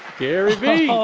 gary v. oh